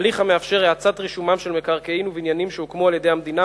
הליך המאפשר את האצת רישומם של מקרקעין ובניינים שהוקמו על-ידי המדינה,